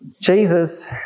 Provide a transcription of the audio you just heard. Jesus